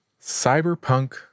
Cyberpunk